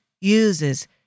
uses